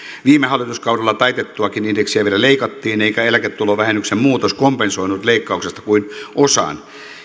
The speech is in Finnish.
viime hallituskaudella taitettuakin indeksiä vielä leikattiin eikä eläketulovähennyksen muutos kompensoinut leikkauksesta kuin osan